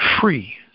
free